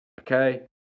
Okay